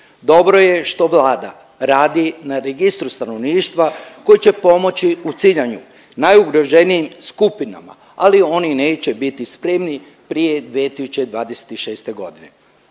Dobro je što Vlada radi na Registru stanovništva koje će pomoći u ciljanju najugroženijim skupinama, ali oni neće biti spremni prije 2026. godine.